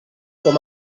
com